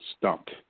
stumped